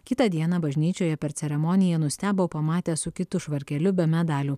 kitą dieną bažnyčioje per ceremoniją nustebo pamatę su kitu švarkeliu be medalių